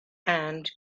and